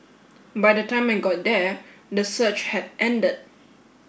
by the time I got there the surge had ended